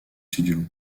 studio